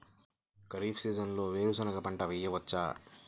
ఖరీఫ్ సీజన్లో వేరు శెనగ పంట వేయచ్చా?